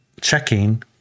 checking